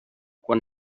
quan